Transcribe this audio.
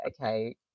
okay